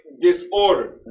disorder